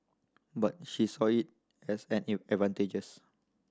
but she saw it as an in advantages